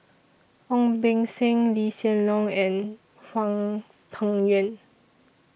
Ong Beng Seng Lee Hsien Loong and Hwang Peng Yuan